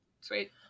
Sweet